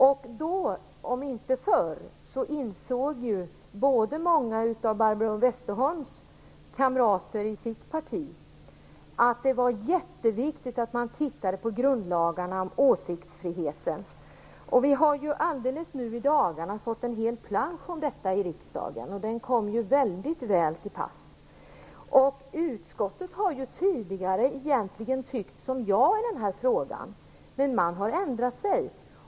Då om inte förr insåg många av Barbro Westerholms partikamrater att det var jätteviktigt att se på grundlagarnas stadganden om åsiktsfriheten. Vi har i riksdagen under de senaste dagarna fått en hel plansch om detta, och den kom mycket väl till pass. Man har i utskottet tidigare tyckt som jag i den här frågan, men man har ändrat sig.